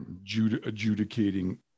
adjudicating